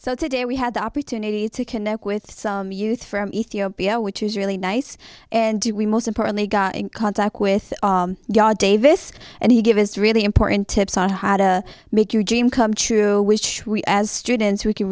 so today we had the opportunity to connect with some youth from ethiopia which is really nice and do we most importantly got in contact with god davis and he gave us really important tips on how to make your dream come true which we as students who can